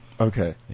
Okay